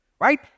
right